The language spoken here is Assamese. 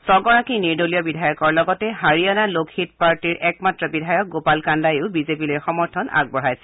ছগৰাকী নিৰ্দলীয় বিধায়কৰ লগতে হাৰিয়াণা লোকহিত পাৰ্টীৰ একমাত্ৰ বিধায়ক গোপাল কাণ্ডায়ো বিজেপিলৈ সমৰ্থন আগবঢ়াইছে